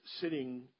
sitting